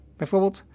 bijvoorbeeld